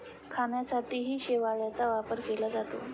खाण्यासाठीही शेवाळाचा वापर केला जातो